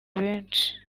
benshi